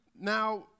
now